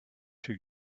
too